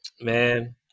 Man